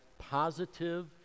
positive